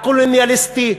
הקולוניאליסטי,